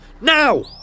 now